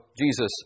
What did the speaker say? Jesus